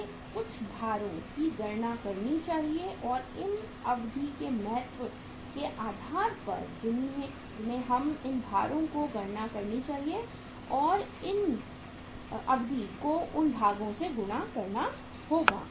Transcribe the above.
हमें कुछ भारों की गणना करनी चाहिए या इन अवधि के महत्व के आधार पर हमें इन भारों की गणना करनी चाहिए और से इन अवधि को उन भागों से गुना करना होगा